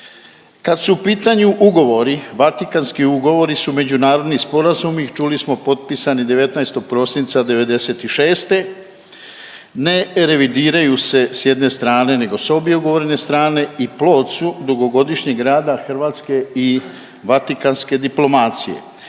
Kad su u pitanju ugovori, Vatikanski ugovori su međunarodni sporazumi čuli smo potpisani 19. prosinca '96., ne revidiraju se s jedne strane nego s obje ugovorne strane i plod su dugogodišnjeg rada hrvatske i vatikanske diplomacije.